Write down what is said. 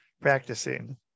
practicing